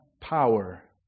power